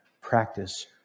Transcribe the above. practice